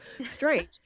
strange